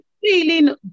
feeling